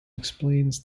explains